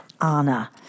Anna